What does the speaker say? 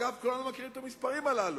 אגב, כולנו מכירים את המספרים הללו,